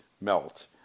melt